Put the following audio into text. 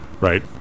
right